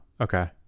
Okay